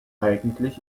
eigentlich